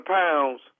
pounds